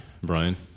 Brian